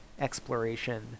exploration